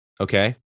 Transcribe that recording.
Okay